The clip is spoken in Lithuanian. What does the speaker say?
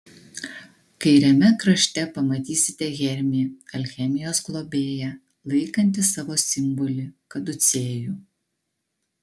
kairiame krašte pamatysite hermį alchemijos globėją laikantį savo simbolį kaducėjų